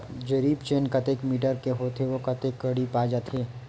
जरीब चेन कतेक मीटर के होथे व कतेक कडी पाए जाथे?